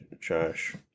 Josh